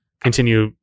continue